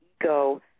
ego